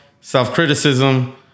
self-criticism